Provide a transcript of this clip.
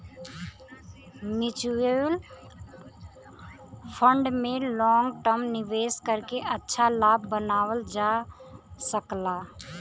mutual fund में long term निवेश करके अच्छा लाभ बनावल जा सकला